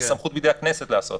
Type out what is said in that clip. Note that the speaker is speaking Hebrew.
וסמכות בידי הכנסת לעשות זאת.